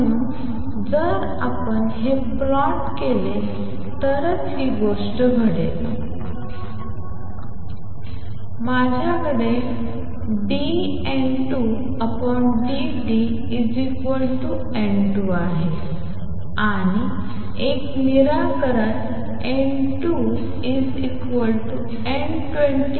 म्हणून जर आपण हे प्लॉट केले तरच ही गोष्ट घडेल तर माझ्याकडे dN2dt A21 N2 आहे आणि एक निराकरण N2 N20 e A21t